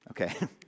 Okay